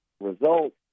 results